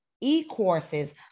e-courses